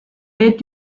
est